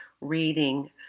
reading